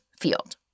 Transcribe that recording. field